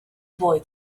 boy